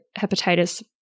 hepatitis